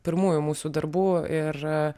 pirmųjų mūsų darbų ir